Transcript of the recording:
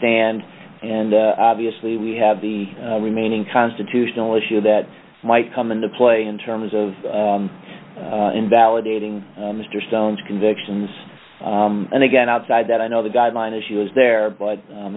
stand and obviously we have the remaining constitutional issue that might come into play in terms of invalidating mr stone's convictions and again outside that i know the guideline issue is there but